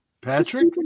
Patrick